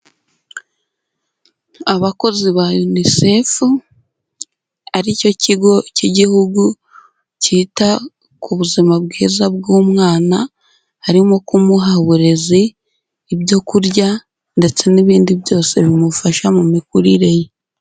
Abakozi ba UNICEF, ari cyo kigo cy'igihugu cyita ku buzima bwiza bw'umwana, harimo kumuha uburezi, ibyo kurya ndetse n'ibindi byose bimufasha mu mikurire ye.